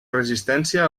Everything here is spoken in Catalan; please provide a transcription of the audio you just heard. resistència